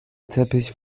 teppich